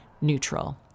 neutral